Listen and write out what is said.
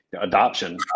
adoption